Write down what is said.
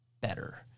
better